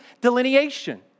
delineation